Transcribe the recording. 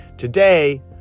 Today